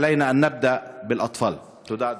עלינו להתחיל בילדים.) תודה,